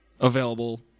available